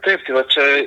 taip tai vat čia